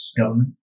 government